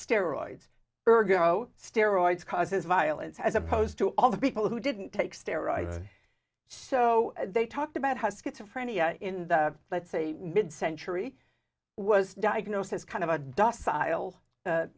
steroids ergo steroids causes violence as opposed to all the people who didn't take steroids so they talked about how schizophrenia in the let's say mid century was diagnosed as kind of a dust sile